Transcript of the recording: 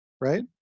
right